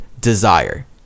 desire